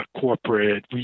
corporate